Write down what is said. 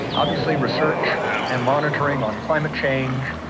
obviously research and monitoring on climate change,